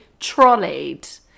trolleyed